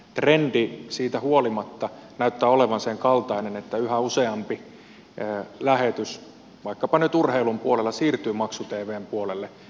trendi siitä huolimatta näyttää olevan sen kaltainen että yhä useampi lähetys vaikkapa nyt urheilun puolella siirtyy maksu tvn puolelle